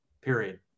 period